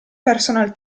personal